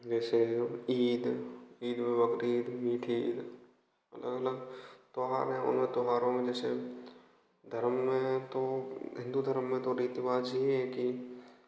जैसे ईद ईद बकरीद मीठी ईद अलग अलग त्योहार हैं उन त्योहारो में जैसे धर्म में तो हिंदू धर्म में तो रीति रिवाज ये है की